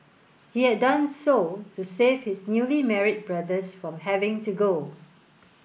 he had done so to save his newly married brothers from having to go